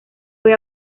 fue